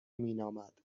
مینامد